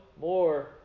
more